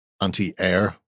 anti-air